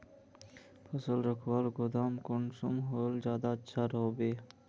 फसल रखवार गोदाम कुंसम होले ज्यादा अच्छा रहिबे?